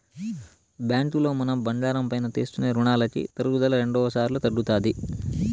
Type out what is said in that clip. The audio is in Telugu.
బ్యాంకులో మనం బంగారం పైన తీసుకునే రునాలకి తరుగుదల రెండుసార్లు తగ్గుతాది